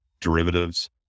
derivatives